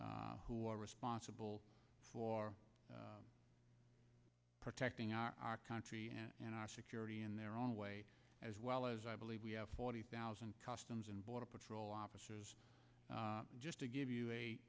s who are responsible for protecting our country and our security in their own way as well as i believe we have forty thousand customs and border patrol officers just to give you a